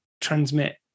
transmit